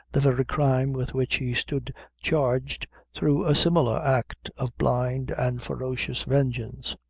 the very crime with which he stood charged through a similar act of blind and ferocious vengeance.